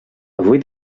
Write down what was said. avui